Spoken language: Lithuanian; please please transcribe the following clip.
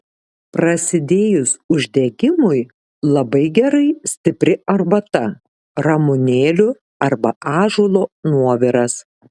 prasidėjus uždegimui labai gerai stipri arbata ramunėlių arba ąžuolo nuoviras